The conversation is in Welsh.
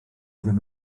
ddim